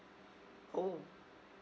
oh